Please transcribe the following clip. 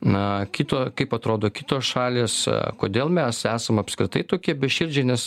na kito kaip atrodo kitos šalys kodėl mes esam apskritai tokie beširdžiai nes